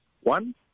One